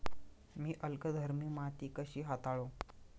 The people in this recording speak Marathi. मी अल्कधर्मी माती कशी हाताळू?